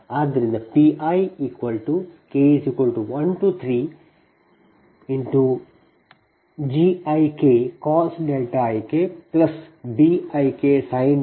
ಆದ್ದರಿಂದ Pik13Gikcos ik Biksin ik